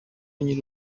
nyiri